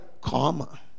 comma